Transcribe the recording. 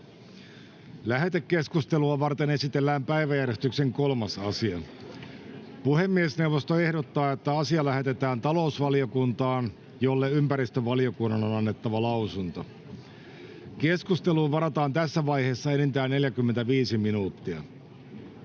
Lähetekeskustelua varten esitellään päiväjärjestyksen 3. asia. Puhemiesneuvosto ehdottaa, että asia lähetetään talousvaliokuntaan, jolle ympäristövaliokunnan on annettava lausunto. Keskusteluun varataan tässä vaiheessa enintään 45 minuuttia.